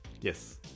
Yes